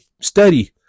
study